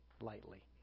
lightly